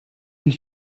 ils